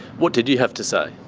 what did you have to say?